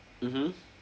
mmhmm